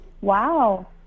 Wow